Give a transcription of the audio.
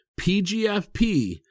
PGFP